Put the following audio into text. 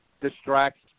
distracts